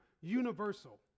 universal